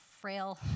frail